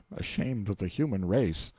ashamed of the human race.